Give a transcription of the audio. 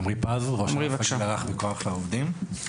עמרי פז מכוח לעובדים,